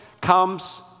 comes